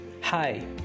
Hi